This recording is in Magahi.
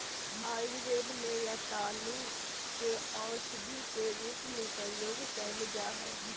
आयुर्वेद में रतालू के औषधी के रूप में प्रयोग कइल जा हइ